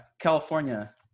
California